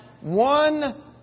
one